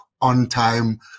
on-time